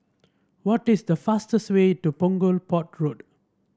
what is the fastest way to Punggol Port Road